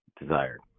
desired